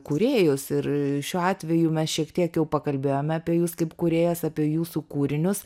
kūrėjus ir šiuo atveju mes šiek tiek pakalbėjome apie jus kaip kūrėjas apie jūsų kūrinius